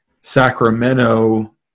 Sacramento